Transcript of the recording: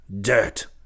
DIRT